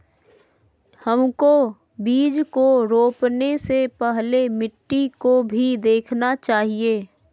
हमको बीज को रोपने से पहले मिट्टी को भी देखना चाहिए?